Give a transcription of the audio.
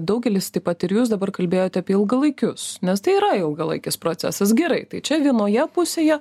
daugelis taip pat ir jūs dabar kalbėjote apie ilgalaikius nes tai yra ilgalaikis procesas gerai tai čia vienoje pusėje